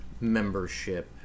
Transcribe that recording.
membership